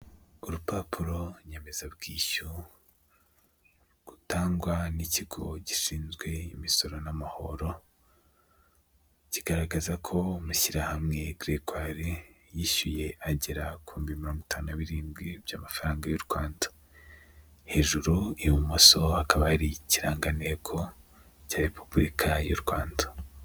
Urupapuro nyemezabwishyu, rutangwa n'ikigo gishinzwe imisoro n'amahoro, kigaragaza ko amashyirahamwe Gregoire yishyuye agera kuri mirongo itanu birindwi by'amafaranga y'u Rwanda, hejuru y'ibumoso akaba ari ikiranganteko cya repubulika y'u Rwanda.